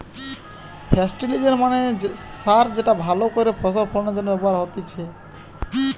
ফেস্টিলিজের মানে সার যেটা ভালো করে ফসল ফলনের জন্য ব্যবহার হতিছে